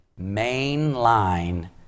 mainline